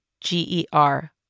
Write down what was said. G-E-R